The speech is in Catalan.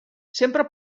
sempre